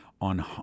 on